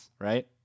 right